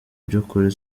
by’ukuri